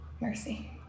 Mercy